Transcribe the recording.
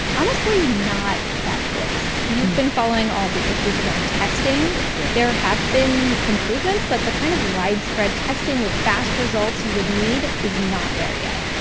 honestly, not that close. you've been following all the issues around testing yeah there have been improvements, but the kind of widespread testing with fast results results you would need is not there yet.